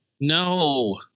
No